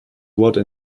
wurde